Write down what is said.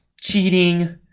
cheating